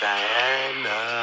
Diana